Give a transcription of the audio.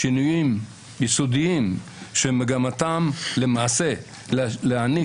שינויים יסודיים שמגמתם למעשה להעניק